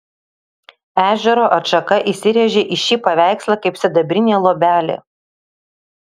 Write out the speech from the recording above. ežero atšaka įsirėžė į šį paveikslą kaip sidabrinė luobelė